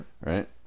right